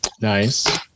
Nice